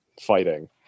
fighting